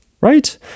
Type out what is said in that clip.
right